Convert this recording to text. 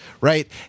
right